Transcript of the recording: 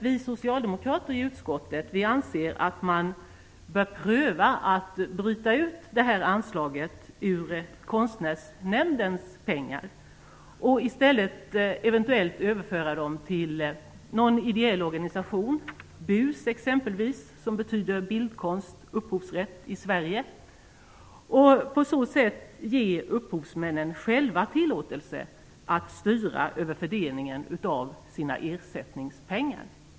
Vi socialdemokrater i utskottet anser att man bör pröva att bryta ut de här pengarna ur Konstnärsnämndens anslag och i stället eventuellt överföra dem till någon ideell organisation, BUS exempelvis, som betyder Bildkonst Upphovsrätt i Sverige, och på så sätt ge upphovsmännen själva tillåtelse att styra över fördelningen av sina ersättningspengar.